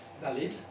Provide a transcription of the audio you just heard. valid